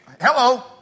Hello